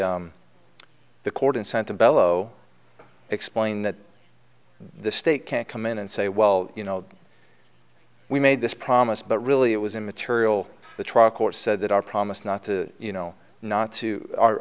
the court in santa bello explained that the state can't come in and say well you know we made this promise but really it was immaterial the trial court said that our promise not to you know not to